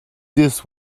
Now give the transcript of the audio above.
this